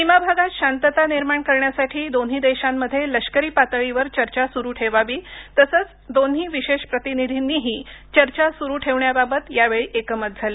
सीमा भागात शांतता निर्माण करण्यासाठी दोन्ही देशांमध्ये लष्करी पातळीवर चर्चा सुरू ठेवावी तसंच दोन्ही विशेष प्रतिनिधीनीही चर्चा सुरू ठेवण्याबाबत यावेळी एकमत झालं